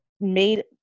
made